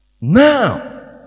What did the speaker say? now